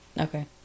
Okay